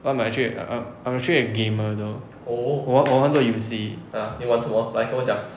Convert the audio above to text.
why I'm actually err um I'm actually a gamer though 我玩我玩很多游戏